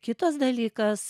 kitas dalykas